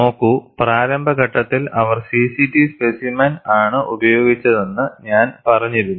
നോക്കൂ പ്രാരംഭഘട്ടത്തിൽ അവർ CCT സ്പെസിമെൻ ആണ് ഉപയോഗിച്ചതെന്ന് ഞാൻ പറഞ്ഞിരുന്നു